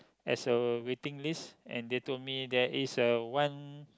as a waiting list and they told me there is a one